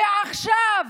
ועכשיו